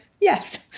yes